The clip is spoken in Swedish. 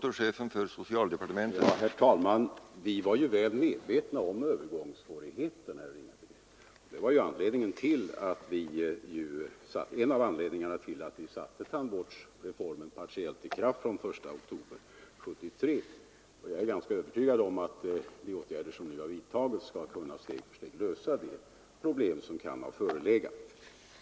Herr talman! Vi var väl medvetna om övergångssvårigheten, herr Ringaby, och det var en av anledningarna till att vi satte tandvårdsreformen partiellt i kraft från den 1 oktober 1973. Jag är ganska övertygad om att de åtgärder som nu har vidtagits skall kunna steg för steg lösa de problem som kan föreligga.